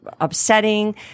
upsetting